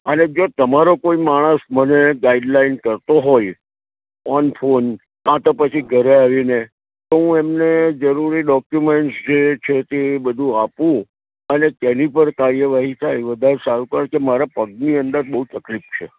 અને જો તમારો કોઈ માણસ મને ગાઇડ લાઇન કરતો હોય ઓન ફોન તો પછી ઘરે આવી ને હું એમને જરૂરી ડોક્યુમેન્ટ જે છે તે બધું આપું અને તેની પર કાર્યવાહી થાય વધાર સારું મારે પગની અંદર બહુ તકલીફ છે